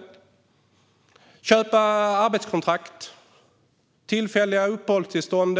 Ska man kunna köpa arbetskontrakt? Tillfälliga uppehållstillstånd?